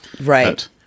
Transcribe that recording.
Right